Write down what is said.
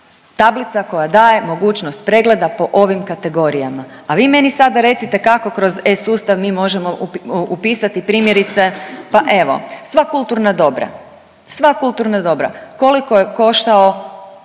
tablica koja daje mogućnost pregleda po ovim kategorijama. A vi meni sada recite kako kroz e-sustav mi možemo upisati primjerice pa evo sva kulturna dobra. Sva kulturna dobra koliko je koštao